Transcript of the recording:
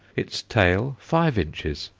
its tail, five inches,